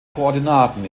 koordinaten